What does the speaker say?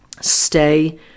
Stay